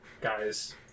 guys